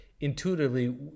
intuitively